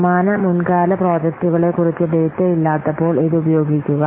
സമാന മുൻകാല പ്രോജക്റ്റുകളെക്കുറിച്ച് ഡാറ്റയില്ലാത്തപ്പോൾ ഇത് ഉപയോഗിക്കുക